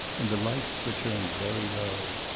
and the lights were turned very low.